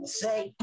say